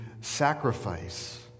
sacrifice